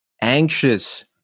Anxious